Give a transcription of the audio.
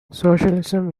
socialism